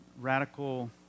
radical